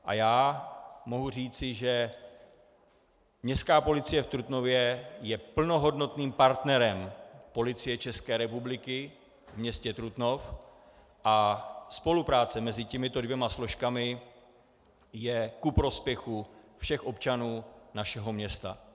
A já mohu říci, že Městská policie v Trutnově je plnohodnotným partnerem Policie České republiky v městě Trutnov a spolupráce mezi těmito dvěma složkami je ku prospěchu všech občanů našeho města.